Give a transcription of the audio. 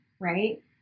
right